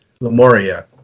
Lemuria